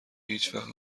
هیچوقت